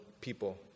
people